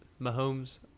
Mahomes